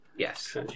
Yes